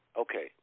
okay